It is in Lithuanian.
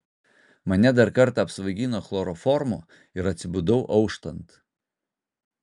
mane dar kartą apsvaigino chloroformu ir atsibudau auštant